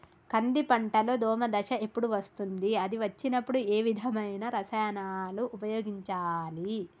కంది పంటలో దోమ దశ ఎప్పుడు వస్తుంది అది వచ్చినప్పుడు ఏ విధమైన రసాయనాలు ఉపయోగించాలి?